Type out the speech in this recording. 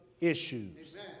issues